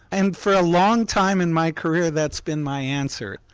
and for a long time in my career, that's been my answer.